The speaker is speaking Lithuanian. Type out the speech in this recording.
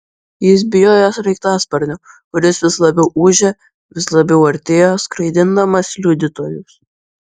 jis bijojo sraigtasparnio kuris vis labiau ūžė vis labiau artėjo skraidindamas liudytojus